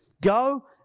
go